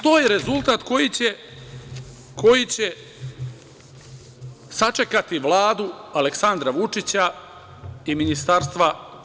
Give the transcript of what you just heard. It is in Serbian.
To je rezultat koji će sačekati Vladu Aleksandra Vučića i ministarstva te Vlade.